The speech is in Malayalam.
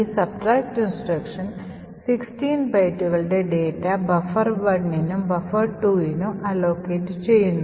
ഈ subtract instruction 16 ബൈറ്റുകളുടെ ഡാറ്റ buffer1നും buffer2നും allocate ചെയ്യുന്നു